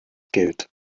geld